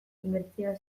inbertsioa